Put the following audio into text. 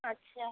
अच्छा